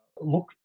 look